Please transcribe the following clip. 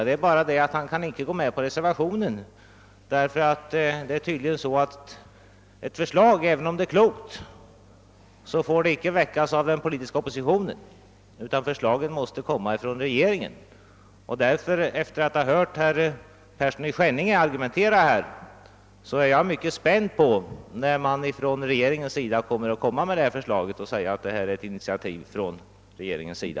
Det är bara det att han inte kan gå med på reservationen. Tyd ligen får ett förslag, även om det är klokt, icke väckas av den politiska oppositionen utan måste komma från regeringen. Efter att ha hört herr Persson i Skänninge argumentera här, är jag därför mycket spänd på att få veta när regeringen kommer att framlägga detta förslag och säga att det är ett initiativ från regeringens sida.